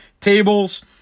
Tables